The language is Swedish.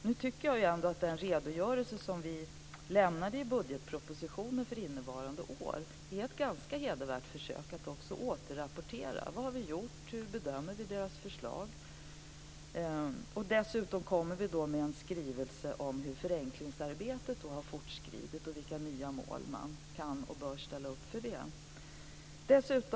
Jag tycker ändå att den redogörelse som vi lämnade i budgetpropositionen för innevarande år är ett ganska hedervärt försök att också återrapportera vad vi har gjort och hur vi bedömer deras förslag. Dessutom kommer vi med en skrivelse om hur förenklingsarbetet har fortskridit och vilka nya mål man kan och bör sätta upp för det.